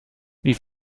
wie